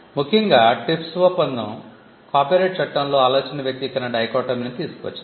ముఖ్యంగా TRIPS ఒప్పందం copyright చట్టంలో ఆలోచన వ్యక్తీకరణ డైకోటోమిని తీసుకువచ్చింది